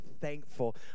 thankful